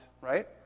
right